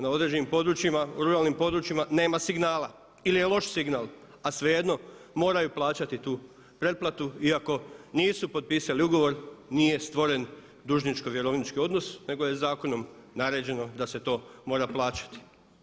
Na određenim ruralnim područjima nema signala ili je loš signal, a svejedno moraju plaćati tu pretplatu iako nisu potpisali ugovor nije stvoren dužničko-vjerovnički odnos nego je zakonom naređeno da se to mora platiti.